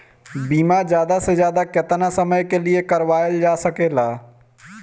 बीमा ज्यादा से ज्यादा केतना समय के लिए करवायल जा सकेला?